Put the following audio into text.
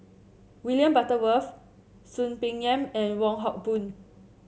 William Butterworth Soon Peng Yam and Wong Hock Boon